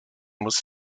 was